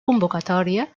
convocatòria